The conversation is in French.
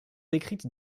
décrites